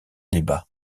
débat